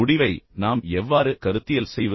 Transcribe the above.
முடிவை நாம் எவ்வாறு கருத்தியல் செய்வது